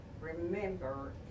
remember